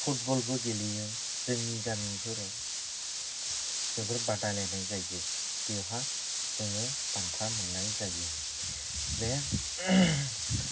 फुटबलबो गेलेयो जोंनि गामिनिफोराव जोबोर बादायलायनाय जायो बेवहा जोङो बान्था मोननाय जायो बे